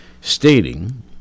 stating